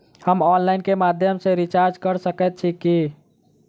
हम ऑनलाइन केँ माध्यम सँ रिचार्ज कऽ सकैत छी की?